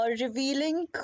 revealing